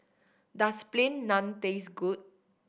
does Plain Naan taste good